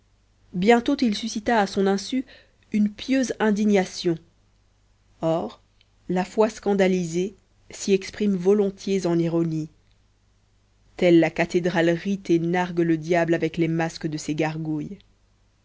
bientôt il suscita à son insu une pieuse indignation or la foi scandalisée s'y exprime volontiers en ironies telle la cathédrale rit et nargue le diable avec les masques de ses gargouilles